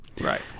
right